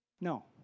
No